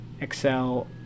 excel